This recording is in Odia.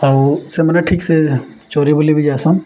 ଆଉ ସେମାନେ ଠିକ୍ସେ ଚୋରି ବୁଲି ବି ଯାସନ୍